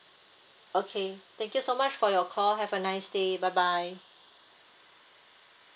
okay thank you so much for your call have a nice day bye bye